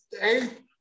eight